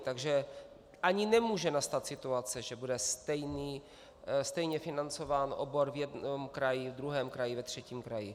Takže ani nemůže nastat situace, že bude stejně financován obor v jednom kraji, druhém kraji, ve třetím kraji.